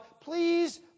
please